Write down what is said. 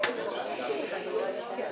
בסדר.